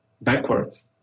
backwards